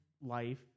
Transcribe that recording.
life